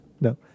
No